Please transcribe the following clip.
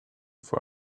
for